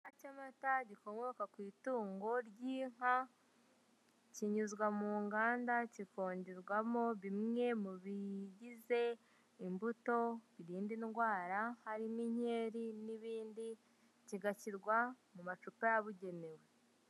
Ikinyobwa cy'amata gikomoka ku itungo ry'inka kinyuzwa mu nganda kikongerwamo bimwe mu bigize imbuto birinda indwara harimo inkeri n'ibindi kigashyirwa mu macupa yabigenewe.